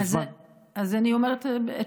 אז אני אומרת,